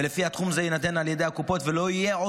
ולפיה תחום זה יינתן על ידי הקופות,